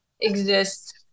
exists